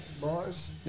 bars